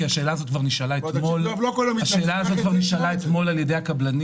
כי השאלה הזאת כבר נשאלה אתמול על ידי הקבלנים,